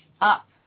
up